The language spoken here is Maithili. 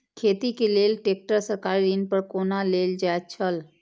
खेती के लेल ट्रेक्टर सरकारी ऋण पर कोना लेल जायत छल?